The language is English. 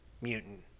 Mutant